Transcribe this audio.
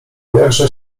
jakże